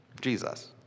Jesus